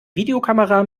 videokamera